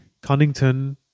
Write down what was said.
Cunnington